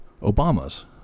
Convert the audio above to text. Obama's